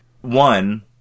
One